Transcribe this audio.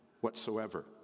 whatsoever